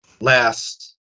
last